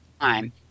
time